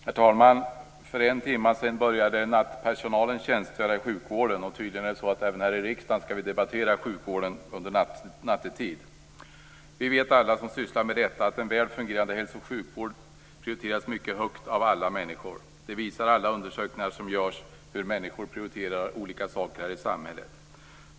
Herr talman! För en timme sedan började nattpersonalen tjänstgöra i sjukvården. Tydligen skall vi även här i riksdagen debattera sjukvården nattetid. Alla som sysslar med detta vet att en väl fungerande hälso och sjukvård prioriteras mycket högt av alla människor. Det visar alla undersökningar som görs om hur människor prioriterar olika saker här i samhället.